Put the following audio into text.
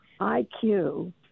IQ